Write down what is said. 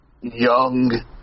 young